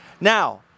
Now